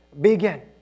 begin